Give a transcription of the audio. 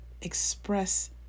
express